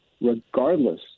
regardless